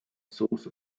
source